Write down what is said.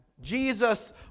Jesus